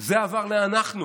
זה עבר ל"אנחנו",